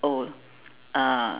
oh uh